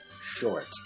short